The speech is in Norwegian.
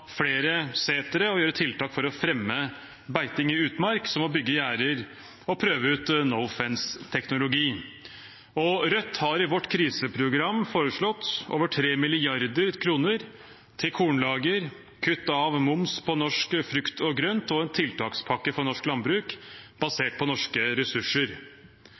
flere setre og gjøre tiltak for å fremme beiting i utmark, som å bygge gjerder og prøve ut «Nofence»-teknologi. Rødt har i vårt kriseprogram foreslått over 3 mrd. kr til kornlager, kutt av moms på norsk frukt og grønt og en tiltakspakke for norsk landbruk basert på norske ressurser.